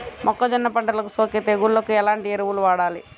మొక్కజొన్న పంటలకు సోకే తెగుళ్లకు ఎలాంటి ఎరువులు వాడాలి?